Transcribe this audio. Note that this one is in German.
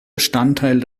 bestandteil